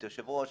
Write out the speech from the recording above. את היושב-ראש,